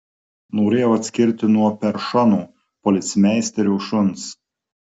norėjau atskirti nuo peršono policmeisterio šuns